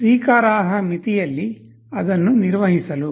ಸ್ವೀಕಾರಾರ್ಹ ಮಿತಿಯಲ್ಲಿ ಅದನ್ನು ನಿರ್ವಹಿಸಲು